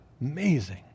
Amazing